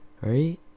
right